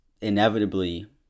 inevitably